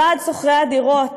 לוועד שוכרי הדירות,